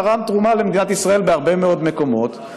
תרם תרומה למדינת ישראל בהרבה מאוד מקומות.